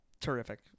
terrific